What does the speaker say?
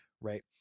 right